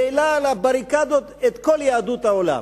העלה על הבריקדות את כל יהדות העולם.